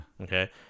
okay